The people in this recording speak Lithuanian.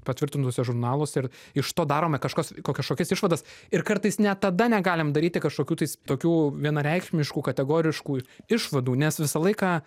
patvirtintuose žurnaluose ir iš to darome kažkas ko kažkokias išvadas ir kartais net tada negalim daryti kažkokių tais tokių vienareikšmiškų kategoriškų išvadų nes visą laiką